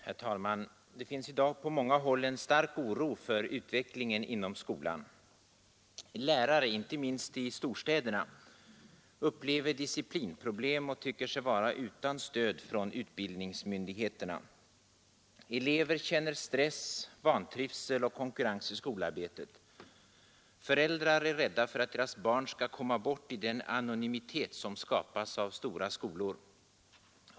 Herr talman! Det finns i dag på många håll en stark oro för utvecklingen inom skolan. Lärare — inte minst i storstäderna — upplever disciplinproblem och tycker sig vara utan stöd från utbildningsmyndigheterna. Elever känner stress, vantrivsel och konkurrens i skolarbetet. Föräldrar är rädda för att deras barn skall komma bort i den anonymitet som skapas av stora skolor.